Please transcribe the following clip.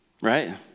right